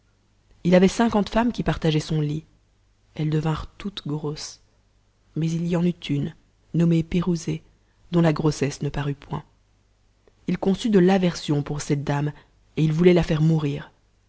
il avait cinquante femmes qui partageaient son lit elles devinrent toutes grosses mais il y en eut une nommée pirouzé dont la grossesse ne parut point il conçut de l'aversion pour cette dame et il voulait la faire mourir